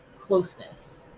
closeness